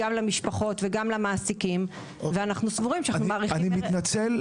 גם למשפחות וגם למעסיקים --- אני מתנצל,